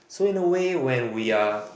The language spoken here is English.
so in a way when we are